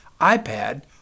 iPad